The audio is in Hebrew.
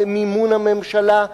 במימון הממשלה,